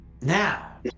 now